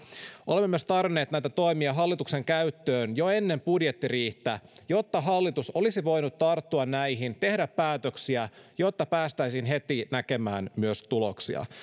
olemme myös tarjonneet näitä toimia hallituksen käyttöön jo ennen budjettiriihtä jotta hallitus olisi voinut tarttua näihin tehdä päätöksiä jotta päästäisiin heti näkemään myös tuloksia